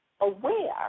aware